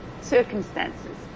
circumstances